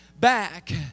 back